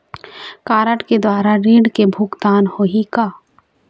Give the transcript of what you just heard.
Card के द्वारा ऋण के भुगतान होही का?